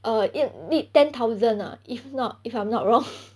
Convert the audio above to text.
err need ten thousand ah if not if I'm not wrong